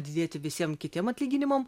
didėti visiem kitiem atlyginimam